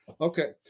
Okay